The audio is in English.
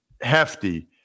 hefty